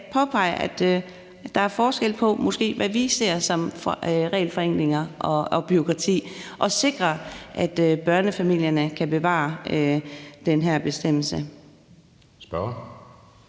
måske er forskel på, hvad vi ser som regelforenklinger og bureaukrati, og sikre, at børnefamilierne kan bevare den her bestemmelse.